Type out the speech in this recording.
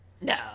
No